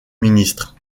ministres